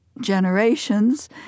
generations